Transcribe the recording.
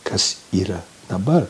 kas yra dabar